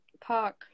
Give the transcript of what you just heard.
park